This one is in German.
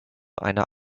einer